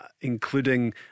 including